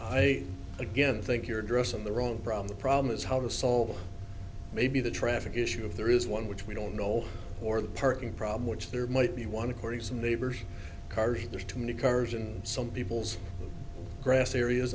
i again think you're addressing the wrong problem the problem is how to solve maybe the traffic issue of there is one which we don't know or the parking problem which there might be one according to some neighbors cars there's too many cars and some peoples grass areas